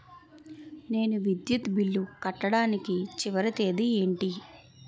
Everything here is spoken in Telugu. నేను విద్యుత్ బిల్లు కట్టడానికి చివరి తేదీ ఏంటి?